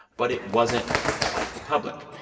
but it wasn't quite public.